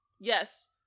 Yes